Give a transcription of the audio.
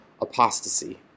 apostasy